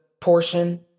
portion